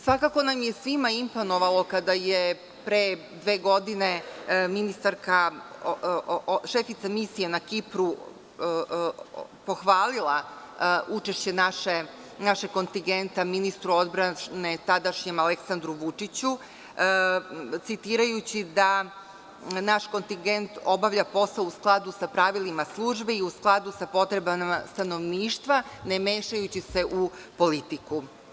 Svakako nam je svima imponovalo kada je pre dve godine šefica Misije na Kipru pohvalila učešće našeg kontingenta, tadašnjem ministru odbrane, Aleksandru Vučiću, citirajući da naš kontingent obavlja posao u „skladu sa pravilima službi i u skladu sa potrebama stanovništva, ne mešajući se u politiku“